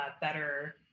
better